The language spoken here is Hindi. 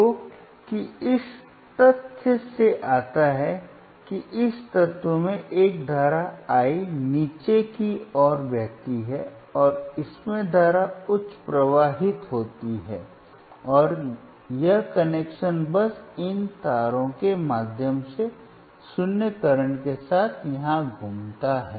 तो कि इस तथ्य से आता है कि इस तत्व में एक धारा I नीचे की ओर बहती है और इसमें धारा उच्च प्रवाहित होती है और यह कनेक्शन बस इन तारों के माध्यम से 0 करंट के साथ यहाँ घूमता है